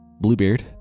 Bluebeard